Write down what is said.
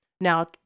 Now